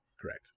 Correct